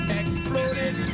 exploded